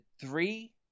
Three